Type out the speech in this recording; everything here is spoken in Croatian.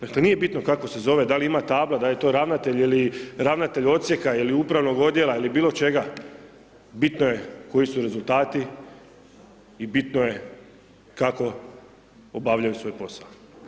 Dakle nije bitno kako se zove, da li ima tabla, da je to ravnatelj ili ravnatelj odsjeka ili upravnog odjela ili bilo čega, bitno je koji su rezultati i bitno je kako obavljaju svoj posao.